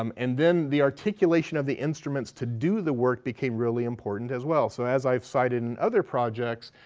um and then the articulation of the instruments to do the work became really important as well. so as i've cited in other projects,